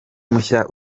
mushya